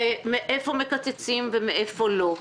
מאיפה מקצצים ומאיפה לא.